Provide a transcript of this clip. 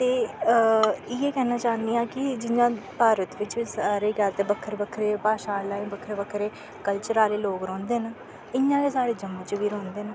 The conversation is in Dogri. ते इयै कैह्ना चाह्नी आं की जियां भारत बिच्च सारे गै ते बक्खरे बक्खरे भाशा आह्ला बक्खरे बक्खरे कल्चर ओह्ले लोग रौंह्दे न इ'यां गै साढ़े जम्मू च बी रौंह्दे न